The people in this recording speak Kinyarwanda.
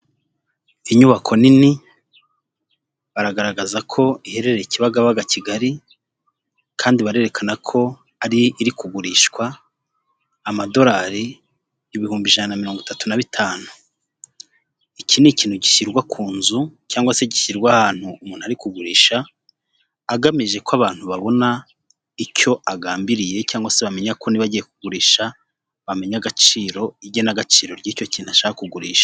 Inyubako nini baragaragaza ko iherereye Kibagabaga Kigali kandi barerekana ko iri kugurishwa amadolari ibihumbi ijana na mirongo itatu na bitanu iki ni ikintu gishyirwa ku nzu cyangwa se gishyirwa ahantu umuntu ari kugurisha agamije ko abantu babona icyo agambiriye cyangwa se bamenya ko niba agiye kugurisha bamenya agaciro , igenagaciro ry'icyo kintu ashaka kugurisha .